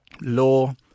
law